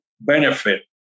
benefit